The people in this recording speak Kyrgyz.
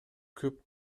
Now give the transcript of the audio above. көп